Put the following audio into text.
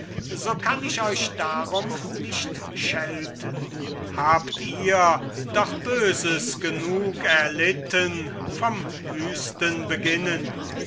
so kann ich euch darum nicht schelten habt ihr doch böses genug erlitten vorn wüsten beginnen